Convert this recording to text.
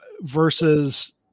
versus